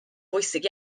bwysig